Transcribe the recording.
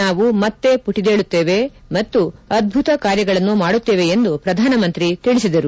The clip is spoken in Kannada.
ನಾವು ಮತ್ತೆ ಪುಟದೇಳುತ್ತೇವೆ ಮತ್ತು ಅದ್ಲುತ ಕಾರ್ಯಗಳನ್ನು ಮಾಡುತ್ತೇವೆ ಎಂದು ಪ್ರಧಾನಮಂತ್ರಿ ತಿಳಿಸಿದರು